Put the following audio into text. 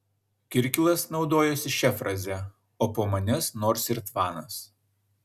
kirkilas naudojosi šia fraze o po manęs nors ir tvanas